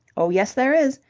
oh, yes there is.